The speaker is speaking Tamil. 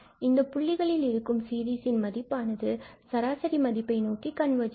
இந்த புள்ளிகளில் இருக்கும் சீரீஸின் மதிப்பானது சராசரி மதிப்பை நோக்கி கன்வர்ஜ் ஆகும்